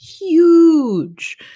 huge